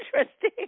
interesting